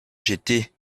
jetées